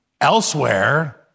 elsewhere